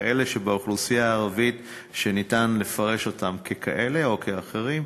כאלה שבאוכלוסייה הערבית אפשר לפרש אותם ככאלה או כאחרים.